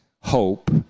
hope